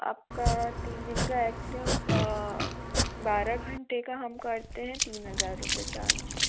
आपका तीन दिन का एकचूली मैम बारह घंटे का हम करते हैं तीन हज़ार रुपये चार्ज